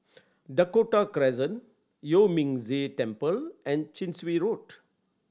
Dakota Crescent Yuan Ming Si Temple and Chin Swee Road